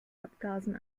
abgasen